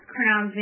Crown